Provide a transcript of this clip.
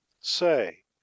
Say